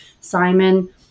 Simon